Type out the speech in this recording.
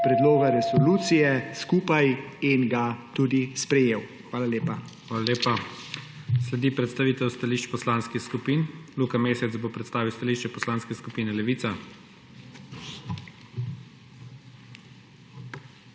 predloga resolucije skupaj in ga tudi sprejel. Hvala. **PREDSEDNIK IGOR ZORČIČ:** Hvala lepa. Sledi predstavitev stališč poslanskih skupin. Luka Mesec bo predstavil stališče Poslanske skupine Levica.